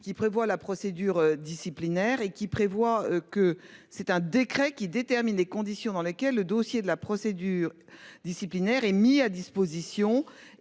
qui prévoit la procédure disciplinaire et qui prévoit que c'est un décret qui détermine les conditions dans lesquelles le dossier de la procédure disciplinaire est mis à disposition